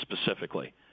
specifically